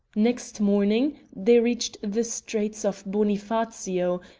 next morning they reached the straits of bonifacio,